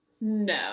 no